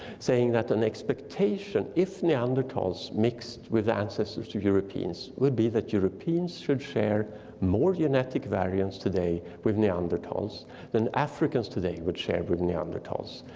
saying that an expectation if neanderthals mixed with ancestors to europeans would be that europeans should share more genetic variants today with neanderthals than africans today would share with neanderthals.